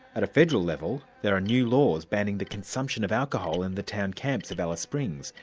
at a federal level, there are new laws banning the consumption of alcohol in the town camps of alice springs,